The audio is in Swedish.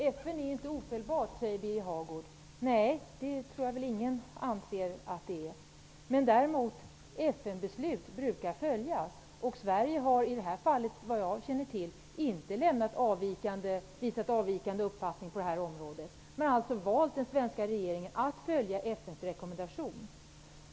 Herr talman! Birger Hagård säger att FN inte är ofelbart. Nej, jag tror inte att någon anser det. Men FN-beslut brukar däremot följas. Sverige har i det här fallet inte visat avvikande uppfattning, vad jag känner till. Den svenska regeringen har alltså valt att följa FN:s rekommendation.